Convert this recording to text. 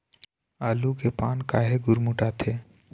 आलू के पान काहे गुरमुटाथे?